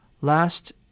Last